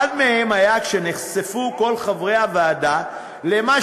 אחד מהם היה כשנחשפו כל חברי הוועדה למה